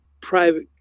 private